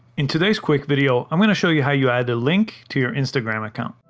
in today's quick video. i'm going to show you how you add a link to your instagram account.